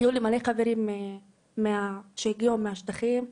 היו לי הרבה חברים שהגיעו מהשטחים,